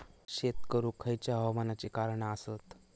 शेत करुक खयच्या हवामानाची कारणा आसत?